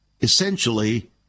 essentially